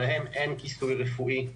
שלהם אין כיסוי רפואי,